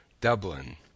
Dublin